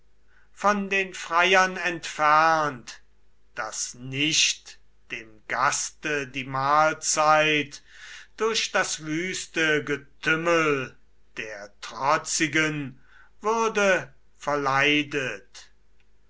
von den freiern entfernt daß nicht dem gaste die mahlzeit durch das wüste getümmel der trotzigen würde verleidet